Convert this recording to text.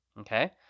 okay